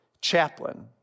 chaplain